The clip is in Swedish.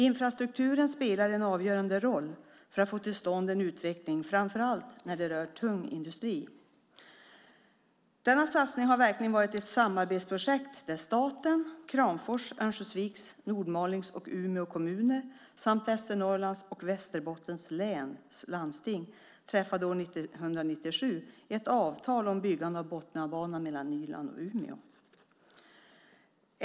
Infrastrukturen spelar en avgörande roll för att få till stånd en utveckling framför allt när det gäller tung industri. Denna satsning har verkligen varit ett samarbetsprojekt där staten och Kramfors, Örnsköldsviks, Nordmalings och Umeå kommuner samt Västernorrlands och Västerbottens läns landsting år 1997 träffade ett avtal om byggandet av Botniabanan mellan Nyland och Umeå.